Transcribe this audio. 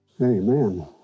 amen